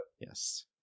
Yes